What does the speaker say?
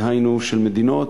דהיינו של מדינות,